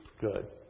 good